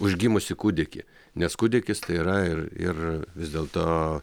už gimusį kūdikį nes kūdikis tai yra ir ir vis dėlto